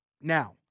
Now